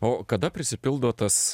o kada prisipildo tas